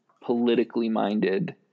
politically-minded